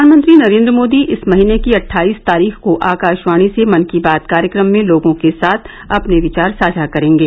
प्रधानमंत्री नरेन्द्र मोदी इस महीने की अट्ठाईस तारीख को आकाशवाणी से मन की बात कार्यक्रम में लोगों के साथ अपने विचार साझा करेंगे